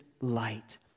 light